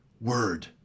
word